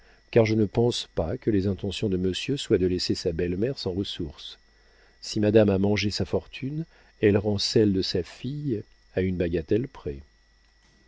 car je ne pense pas que les intentions de monsieur soient de laisser sa belle-mère sans ressources si madame a mangé sa fortune elle rend celle de sa fille à une bagatelle près